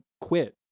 quit